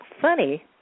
funny